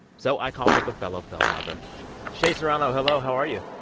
so i called up a fellow film lover shea serrano, hello. how are you?